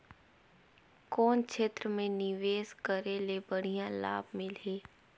कौन क्षेत्र मे निवेश करे ले बढ़िया लाभ मिलही?